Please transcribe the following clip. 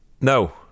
No